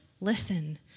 Listen